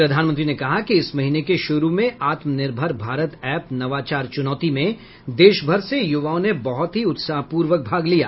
प्रधानमंत्री ने कहा कि इस महीने के शुरू में आत्मनिर्भर भारत ऐप नवाचार चुनौती में देशभर से युवाओं ने बहुत ही उत्साहपूर्वक भाग लिया